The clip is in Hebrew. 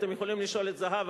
אתם יכולים לשאול את זהבה,